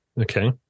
Okay